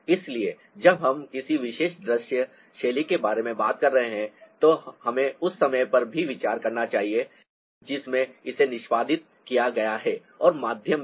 इसलिए जब हम किसी विशेष दृश्य शैली के बारे में बात कर रहे हैं तो हमें उस समय पर भी विचार करना चाहिए जिसमें इसे निष्पादित किया गया है और माध्यम भी